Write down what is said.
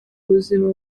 ubuzima